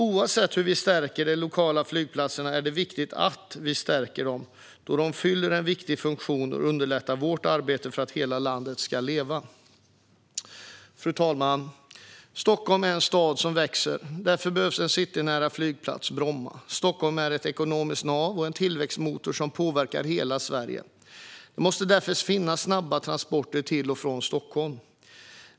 Oavsett hur vi stärker de lokala flygplatserna är det viktigt att vi stärker dem, då de fyller en viktig funktion och underlättar vårt arbete för att hela landet ska leva. Fru talman! Stockholm är en stad som växer. Därför behövs en citynära flygplats - Bromma. Stockholm är ett ekonomiskt nav och en tillväxtmotor som påverkar hela Sverige, och det måste därför finnas snabba transporter till och från Stockholm.